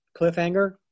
cliffhanger